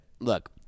Look